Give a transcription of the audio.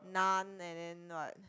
naan and then what